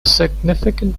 significant